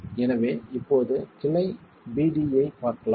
எனவே இப்போது கிளை b d ஐ பார்க்கலாம்